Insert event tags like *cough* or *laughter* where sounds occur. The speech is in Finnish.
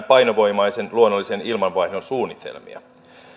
*unintelligible* painovoimaisen luonnollisen ilmanvaihdon suunnitelmia